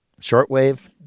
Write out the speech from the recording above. shortwave